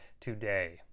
today